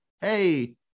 hey